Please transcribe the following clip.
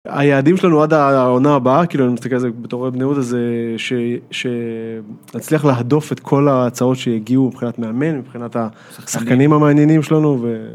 היעדים שלנו עד העונה הבאה, כאילו אני מסתכל על זה בתור בני יהודה זה, שנצליח להדוף את כל ההצעות שהגיעו, מבחינת מאמן ומבחינת השחקנים המעניינים שלנו.